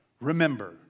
Remember